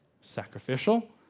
sacrificial